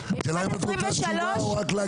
השאלה אם את רוצה תשובה או רק להגיד וללכת לוועדה?